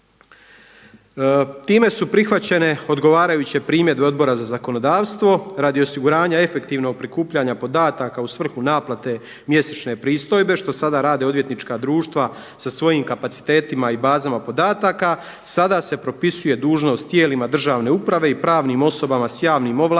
Time su prihvaćene odgovarajuće primjedbe Odbora za zakonodavstvo radi osiguranja efektivnog prikupljanja podataka u svrhu naplate mjesečne pristojbe što sada rade odvjetnička društva sa svojim kapacitetima i bazama podataka, sada se propisuje dužnost tijelima državne uprave i pravnim osobama s javnim ovlastima